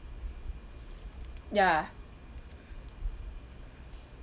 ya